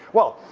well,